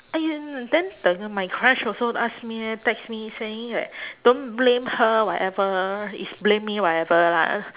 !aiyo! then the my crush also ask me text me saying that don't blame her whatever is blame me whatever ah